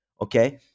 okay